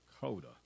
Coda